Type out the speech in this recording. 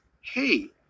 hey